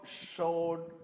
showed